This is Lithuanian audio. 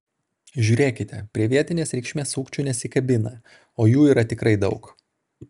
žiūrėkite prie vietinės reikšmės sukčių nesikabina o jų yra tikrai daug